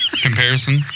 comparison